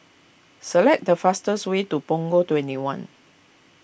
select the fastest way to Punggol twenty one